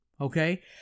Okay